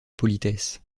politesse